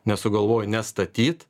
nesugalvojo nestatyt